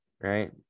right